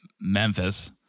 Memphis